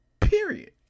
Period